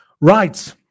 Right